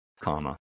comma